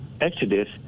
exodus